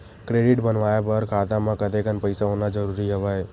Credit बनवाय बर खाता म कतेकन पईसा होना जरूरी हवय?